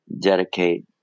dedicate